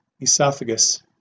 esophagus